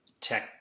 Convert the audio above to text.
tech